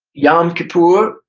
yom kippur,